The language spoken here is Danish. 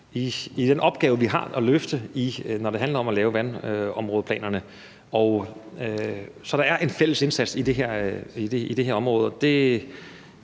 i den opgave, vi har, og som vi skal løfte, når det handler om at lave vandområdeplanerne. Så der er en fælles indsats i det her område.